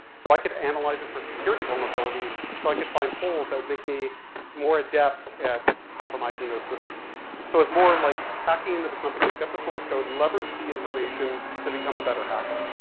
so that i could analyze it for security vulnerabilities, so i could find holes that would make me more adept at compromising those systems. so it was more like hacking into the companies, get the source code, leverage the information to become a better hacker.